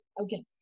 Okay